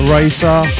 Racer